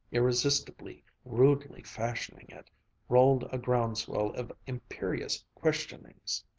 irresistibly, rudely fashioning it rolled a ground-swell of imperious questionings.